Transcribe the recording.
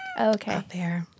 Okay